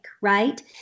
right